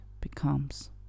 becomes